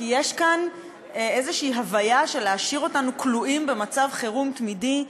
כי יש כאן איזו הוויה של להשאיר אותנו כלואים במצב חירום תמידי,